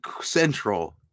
central